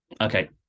Okay